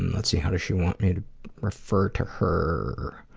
and let's see. how does she want me to refer to her?